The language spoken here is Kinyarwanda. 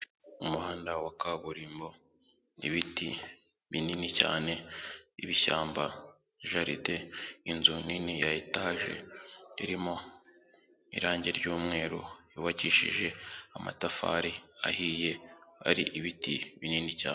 Umuhanda wa kaburimbo ibiti binini cyane ibishyamba jaride inzu nini ya etaje irimo irange ry'umweru yubakishije amatafari ahiye hari ibiti binini cyane.